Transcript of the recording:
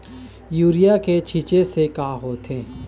Urea के छींचे से का होथे?